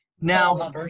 Now